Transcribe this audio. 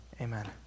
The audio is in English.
amen